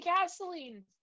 gasoline